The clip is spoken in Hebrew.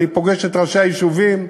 אני פוגש את ראשי היישובים.